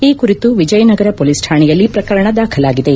ಈ ಕುರಿತು ವಿಜಯನಗರ ಪೊಲೀಸ್ ಕಾಣೆಯಲ್ಲಿ ಪ್ರಕರಣ ದಾಖಲಾಗಿದೆ